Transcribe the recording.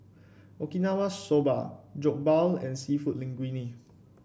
Okinawa Soba Jokbal and seafood Linguine